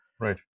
right